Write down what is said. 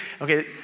Okay